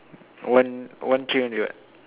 one one tree only what